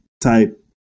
type